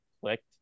clicked